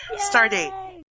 Stardate